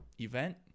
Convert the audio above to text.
event